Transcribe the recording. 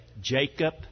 Jacob